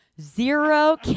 Zero